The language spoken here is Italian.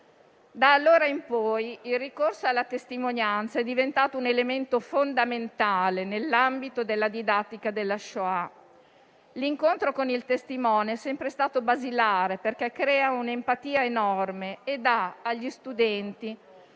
Da allora in poi il ricorso alla testimonianza è diventato un elemento fondamentale nell'ambito della didattica della *shoah*. L'incontro con il testimone è sempre stato basilare, perché crea una empatia enorme e dà agli studenti